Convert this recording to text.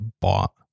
bought